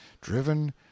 driven